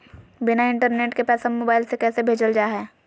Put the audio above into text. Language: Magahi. बिना इंटरनेट के पैसा मोबाइल से कैसे भेजल जा है?